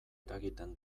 eragiten